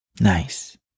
Nice